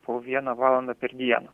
po vieną valandą per dieną